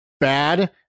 bad